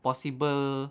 possible